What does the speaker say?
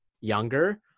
younger